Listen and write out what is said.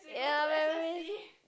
ya